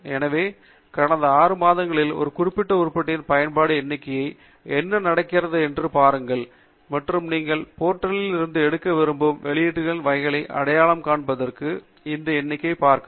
எனவே கடந்த ஆறு மாதங்களில் ஒரு குறிப்பிட்ட உருப்படியின் பயன்பாட்டு எண்ணிக்கைக்கு என்ன நடக்கிறது என்று பாருங்கள் மற்றும் நீங்கள் போர்ட்டலில் இருந்து எடுக்க விரும்பும் வெளியீட்டின் வகைகளை அடையாளம் காண்பதற்கு அந்த எண்ணைப் பார்க்கவும்